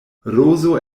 rozo